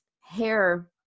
hair